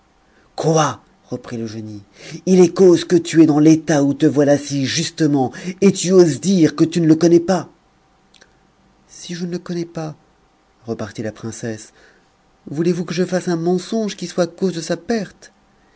quoi reprit le génie il est cause que tu es dans l'état où te voilà si justement et tu oses dire que tu ne le connais pas si je ne le connais pas repartit la princesse voulez-vous que je fasse un mensonge qui soit cause de sa perte